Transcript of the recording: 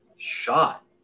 shot